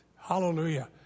Hallelujah